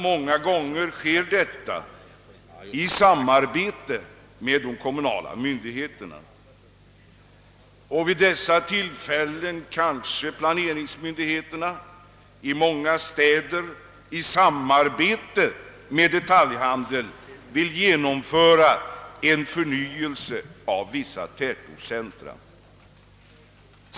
Många gånger sker detta i samarbete med de kommunala myndigheterna. Vid dessa tillfällen kanske planeringsmyndigheterna i många städer i samarbete med detaljhandeln vill genomföra en förnyelse av vissa tätortscentra.